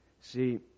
See